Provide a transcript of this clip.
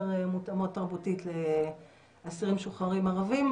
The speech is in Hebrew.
מותאמות תרבותית לאסירים משוחררים ערבים.